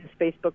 facebook